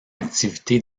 activité